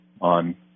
on